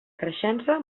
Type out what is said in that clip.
creixença